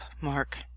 mark